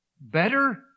better